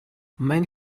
мань